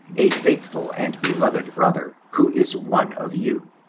a faithful and beloved brother, who is one of you.